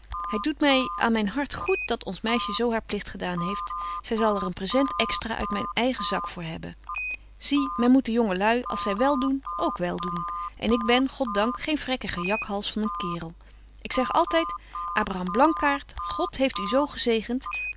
het doet my aan myn hart goed dat ons meisje zo haar pligt gedaan heeft zy zal er een present extra uit myn eigen zak voor hebben zie men moet de jonge lui als zy wel doen ook wel doen en ik ben god dank geen vrekkige jakhals van een kaerl ik zeg altyd abraham blankaart god heeft u zo gezegent